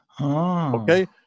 Okay